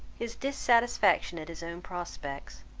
his dissatisfaction at his own prospects,